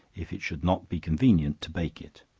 if it should not be convenient to bake it.